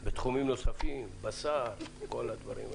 עליהם בתחומים נוספים בשר וכל הדברים האלה.